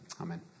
amen